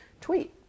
tweet